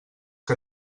que